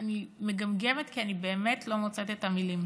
אני מגמגמת, כי אני באמת לא מוצאת את המילים.